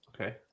okay